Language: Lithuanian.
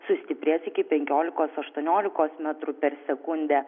sustiprės iki penkiolikos aštuoniolikos metrų per sekundę